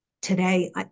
today